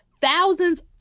Thousands